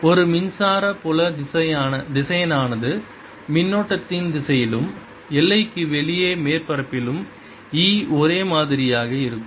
EρjρIa2 ஒரு மின்சார புல திசையானது மின்னோட்டத்தின் திசையிலும் எல்லைக்கு வெளியே மேற்பரப்பிலும் E ஒரே மாதிரியாக இருக்கும்